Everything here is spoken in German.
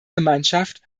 gemeinschaft